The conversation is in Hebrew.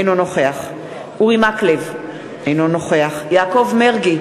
אינו נוכח אורי מקלב, אינו נוכח יעקב מרגי,